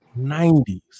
90s